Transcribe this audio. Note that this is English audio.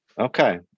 Okay